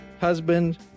husband